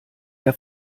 der